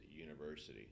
University